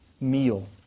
meal